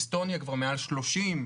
אסטוניה כבר מעל 30%,